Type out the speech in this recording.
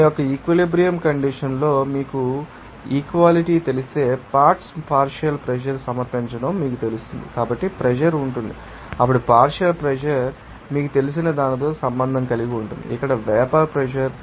మీ యొక్క equilibrium condition లో మీకు ఈక్వాలిటీ తెలిస్తే పార్ట్శ్ పార్షియల్ ప్రెషర్ సమర్పించడం మీకు తెలుసు కాబట్టి ప్రెషర్ ఉంటుంది అప్పుడు పార్షియల్ ప్రెషర్ మీకు తెలిసిన దానితో సంబంధం కలిగి ఉంటుంది అక్కడ వేపర్ ప్రెషర్